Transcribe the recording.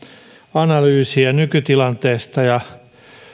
analyysiä nykytilanteesta ja